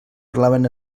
parlaven